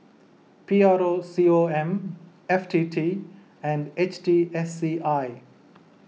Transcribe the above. P R O C O M F T T and H T S C I